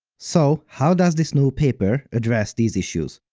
so how does this new paper address these issues?